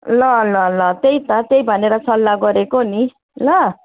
ल ल ल त्यही त त्यही भनेर सल्लाह गरेको नि ल